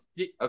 Okay